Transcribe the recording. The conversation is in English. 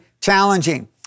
challenging